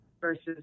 versus